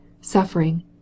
suffering